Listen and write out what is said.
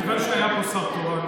כיוון שהיה פה שר תורן,